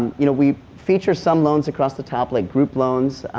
you know we feature some loans across the top, like, group loans,